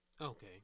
Okay